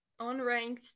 unranked